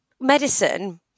medicine